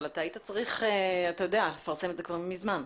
אבל היית צריך לפרסם את זה כבר מזמן,